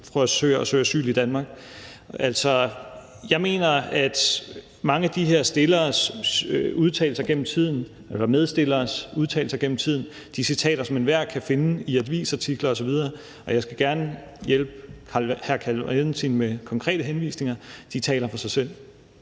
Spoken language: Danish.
Jeg mener, at mange af de medstilleres udtalelser gennem tiden, de citater, som enhver kan finde i avisartikler osv. – og jeg skal gerne hjælpe hr. Carl Valentin med konkrete henvisninger – taler for sig selv.